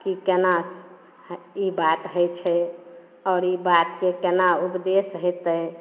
की केना ई बात होइ छै आओर ई बातके केना उपदेश हेतै